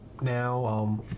now